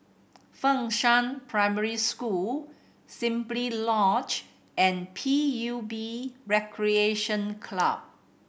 Fengshan Primary School Simply Lodge and P U B Recreation Club